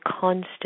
constant